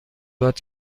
باد